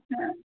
نہَ